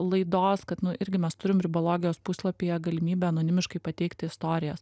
laidos kad nu irgi mes turim ribologijos puslapyje galimybę anonimiškai pateikti istorijas